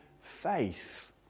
faith